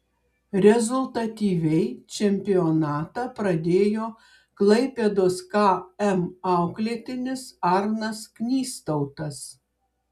rezultatyviai čempionatą pradėjo klaipėdos km auklėtinis arnas knystautas